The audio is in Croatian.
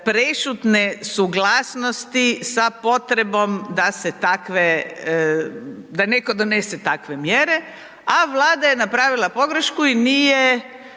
prešutne suglasnosti sa potrebom da se takve, da netko donese takve mjere, a Vlada je napravila pogrešku i nije